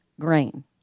grain